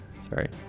Sorry